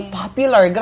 popular